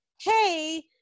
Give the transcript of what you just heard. Hey